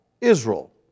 Israel